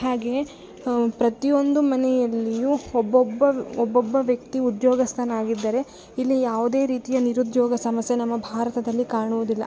ಹಾಗೆಯೇ ಪ್ರತಿಯೊಂದು ಮನೆಯಲ್ಲಿಯು ಒಬೊಬ್ಬ ಒಬೊಬ್ಬ ವ್ಯಕ್ತಿ ಉದ್ಯೋಗಸ್ಥನಾಗಿದ್ದರೆ ಇಲ್ಲಿ ಯಾವುದೇ ರೀತಿಯ ನಿರೊದ್ಯೋಗ ಸಮಸ್ಯೆ ನಮ್ಮ ಭಾರತದಲ್ಲಿ ಕಾಣುವುದಿಲ್ಲ